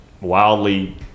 wildly